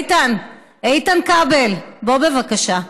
איתן, איתן כבל, בוא, בבקשה.